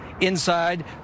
Inside